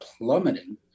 plummeting